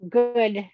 good